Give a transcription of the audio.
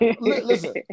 listen